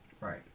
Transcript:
Right